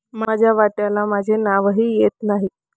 माझ्या वाट्याला माझे नावही येत नाही